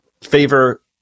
favor